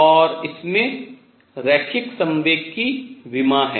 और इसमें रैखिक संवेग की विमा है